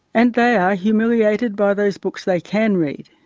and they are humiliated by those books they can read,